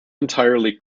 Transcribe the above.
entirely